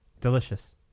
delicious